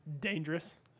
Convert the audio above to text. dangerous